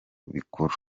bikuru